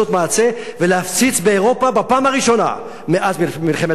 ולהפציץ באירופה בפעם הראשונה מאז מלחמת העולם השנייה.